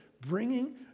bringing